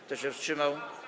Kto się wstrzymał?